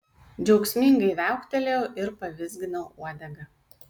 džiaugsmingai viauktelėjau ir pavizginau uodegą